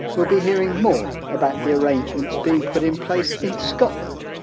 we'll be hearing more about the arrangements being put in place in scotland